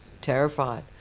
terrified